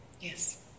Yes